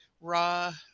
raw